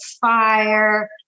fire